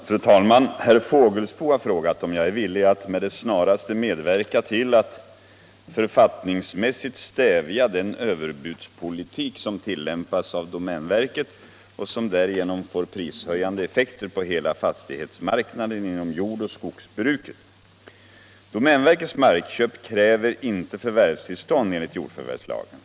Fru talman! Herr Fågelsbo har frågat om jag är villig att med det snaraste medverka till att författningsmässigt stävja den överbudspolitik som tillämpas av domänverket och som därigenom får prishöjande effekter på hela fastighetsmarknaden inom jordoch skogsbruket. Domänverkets markköp kräver inte förvärvstillstånd enligt jordförvärvslagen.